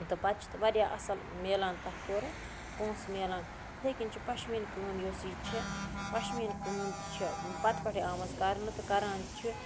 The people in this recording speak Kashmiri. تہٕ پَتہٕ چھِ واریاہ اَصٕل مِلان تَتھ تورٕ پۄنٛسہٕ مِلان اِتھَے کٔنۍ چھِ پَشمیٖن کٲم یۄس یہِ چھِ پَشمیٖن کٲم تہِ چھِ پَتہٕ پٮ۪ٹھٕے آمٕژ کَرنہٕ تہٕ کَران چھِ